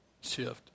shift